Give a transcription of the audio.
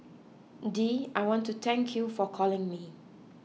Dee I want to thank you for calling me